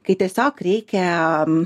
kai tiesiog reikia